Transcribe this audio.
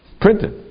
printed